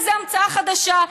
איזו המצאה חדשה,